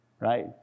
Right